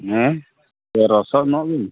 ᱦᱮᱸ ᱛᱮᱨᱚᱥᱚ ᱮᱢᱚᱜ ᱵᱤᱱ